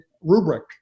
rubric